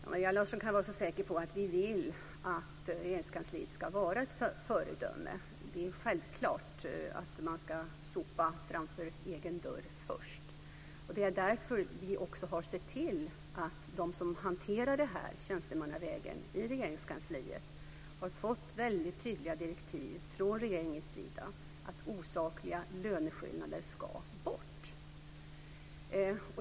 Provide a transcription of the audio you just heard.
Fru talman! Maria Larsson kan vara så säker på att vi vill att Regeringskansliet ska vara ett föredöme. Det är självklart att man ska sopa rent för egen dörr först. Det är därför vi har sett till att de som hanterar detta tjänstemannavägen i Regeringskansliet har fått tydliga direktiv från regeringens sida att osakliga löneskillnader ska bort.